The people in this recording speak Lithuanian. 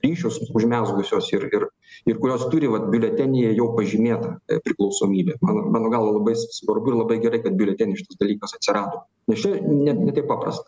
ryšius užmezgusios ir kurios turi vat biuletenyje jau pažymėtą priklausomybę mano galva labai svarbu ir labai gerai kad biuleteny šitas dalykas atsirado nes čia ne taip paprasta